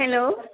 hello